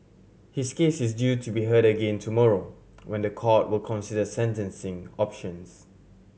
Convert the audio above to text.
his case is due to be heard again tomorrow when the court will consider sentencing options